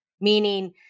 Meaning